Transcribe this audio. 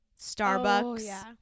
Starbucks